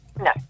No